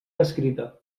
escrita